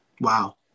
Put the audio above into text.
Wow